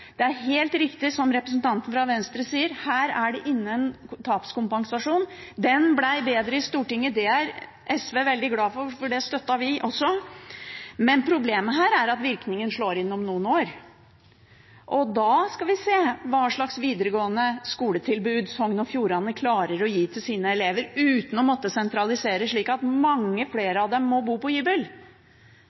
Det er helt riktig som representanten fra Venstre sier: Her er det ingen tapskompensasjon. Den ble bedre i Stortinget, og det er SV er veldig glad for – det støttet vi også. Problemet her er at virkningen slår inn om noen år, og da skal vi se hva slags videregående skoletilbud Sogn og Fjordane klarer å gi til sine elever uten å måtte sentralisere, slik at mange flere av dem må bo på